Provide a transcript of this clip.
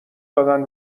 دادن